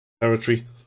territory